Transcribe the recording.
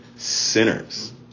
sinners